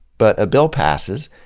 but a bill passes.